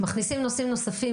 מכניסים נושאים נוספים,